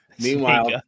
Meanwhile